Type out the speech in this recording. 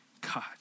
God